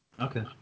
Okay